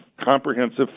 comprehensive